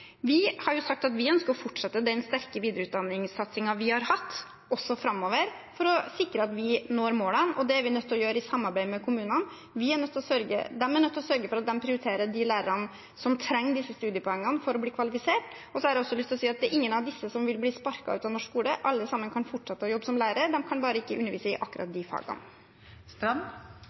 Vi har sagt at vi ønsker å fortsette den sterke videreutdanningssatsingen vi har hatt, også framover, for å sikre at vi når målene, og det er vi nødt til å gjøre i samarbeid med kommunene. De er nødt til å sørge for at de prioriterer de lærerne som trenger disse studiepoengene for å bli kvalifisert. Så har jeg også lyst til å si at det er ingen av disse som vil bli sparket ut av norsk skole, alle sammen kan fortsette å jobbe som lærere, de kan bare ikke undervise i akkurat de